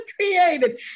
created